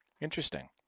Interesting